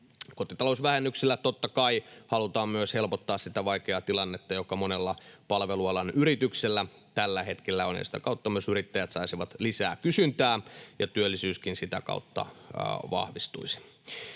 Kotitalousvähennyksellä totta kai halutaan myös helpottaa sitä vaikeaa tilannetta, joka monella palvelualan yrityksellä tällä hetkellä on, ja sitä kautta myös yrittäjät saisivat lisää kysyntää ja työllisyyskin sitä kautta vahvistuisi.